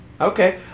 okay